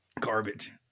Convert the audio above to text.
garbage